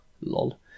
lol